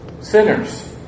Sinners